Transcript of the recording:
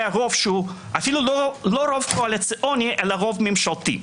הרוב שהוא אפילו לא רוב קואליציוני אלא רוב ממשלתי.